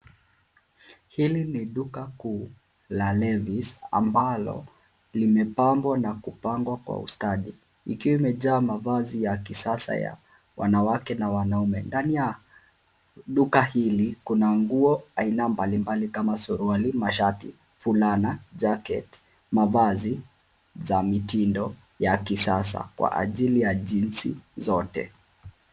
Hili ni duka kuu la Levi's ambalo limepambwa na kupangwa kwa ustadi ikiwa imejaa mavazi ya kisasa ya wanawake na wanaume. Ndani ya duka hili kuna nguo aina mbalimbali kama suruali, mashati, fulana, jacket , mavazi za mitindo ya kisasa kwa ajili ya jinsia zote.